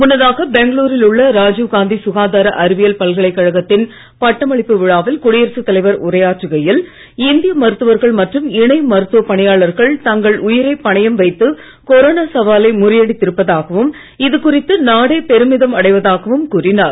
முன்னதாக பெங்களுரில் உள்ள ராஜீவ் காந்தி சுகாதார அறிவியல் பல்கலைக்கழகத்தின் பட்டமளிப்பு விழாவில் குடியரசுத் தலைவர் உரையாற்றுகையில் இந்திய மருத்துவர்கள் மற்றும் இணை மருத்துவ பணியாளர்கள் தங்களை உயிரைப் பணையம் வைத்து கொரோனா சவாலை முறியடித்து இருப்பதாகவும் இது குறித்து நாடே பெருமிதம் அடைவதாகவும் கூறினார்